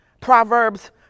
proverbs